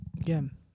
again